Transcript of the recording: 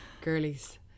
Girlies